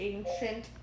Ancient